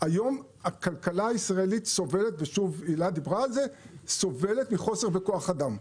היום הכלכלה הישראלית סובלת - הילה דיברה על זה סובלת מחוסר בכוח אדם.